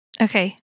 Okay